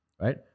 Right